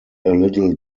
little